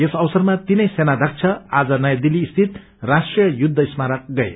यस अवसरमा तीनै सेनाध्यक्ष आज नयाँ दिल्ली स्थित राष्ट्रिय युद्ध स्मारक गए